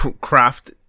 craft